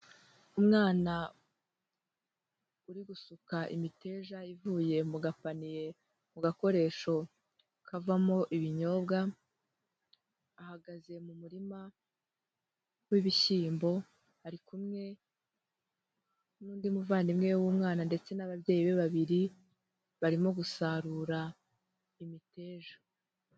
Umwana uri gusuka imiteja ivuye mu gapaniye mu gakoresho kavamo ibinyobwa, ahagaze mu murima w'ibishyimbo ari kumwe n'undi muvandimwe we w'umwana ndetse n'ababyeyi be babiri barimo gusarura imiteja.